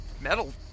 metal